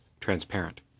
transparent